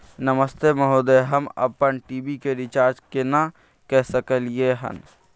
नमस्ते महोदय, हम अपन टी.वी के रिचार्ज केना के सकलियै हन?